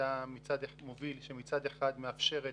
בבחירת נושאי